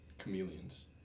chameleons